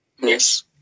Yes